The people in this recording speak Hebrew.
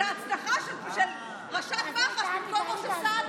את ההצנחה של ראשת מח"ש במקום משה סעדה.